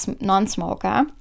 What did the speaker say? non-smoker